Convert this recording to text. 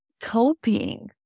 coping